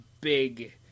big